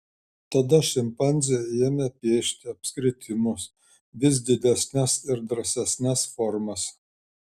tada šimpanzė ėmė piešti apskritimus vis didesnes ir drąsesnes formas